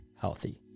healthy